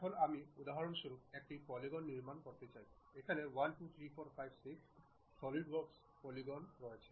এখন আমি উদাহরণস্বরূপ একটি পলিগন নির্মাণ করতে চাই এখানে 1 2 3 4 5 6 সাইডস এর পলিগন রয়েছে